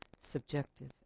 subjective